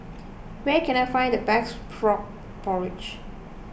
where can I find the best Frog Porridge